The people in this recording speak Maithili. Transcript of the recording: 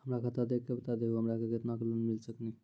हमरा खाता देख के बता देहु हमरा के केतना के लोन मिल सकनी?